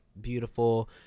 beautiful